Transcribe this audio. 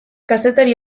kazetari